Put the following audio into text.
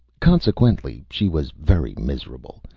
consequently, she was very miserable,